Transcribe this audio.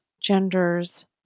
genders